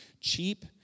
cheap